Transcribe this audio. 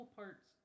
parts